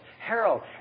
Harold